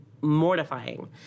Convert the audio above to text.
mortifying